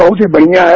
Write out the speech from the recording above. बहुत ही बढ़िया है